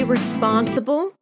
Responsible